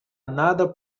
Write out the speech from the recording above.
nada